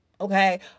Okay